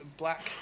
black